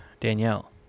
Danielle